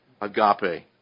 agape